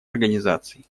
организаций